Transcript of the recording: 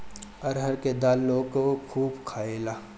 अरहर के दाल लोग खूब खायेला